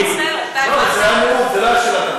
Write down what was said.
אני נורא מצטערת.